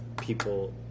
people